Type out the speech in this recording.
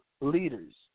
leaders